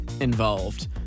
involved